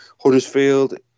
Huddersfield